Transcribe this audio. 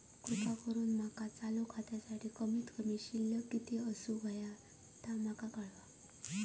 कृपा करून माका चालू खात्यासाठी कमित कमी शिल्लक किती असूक होया ते माका कळवा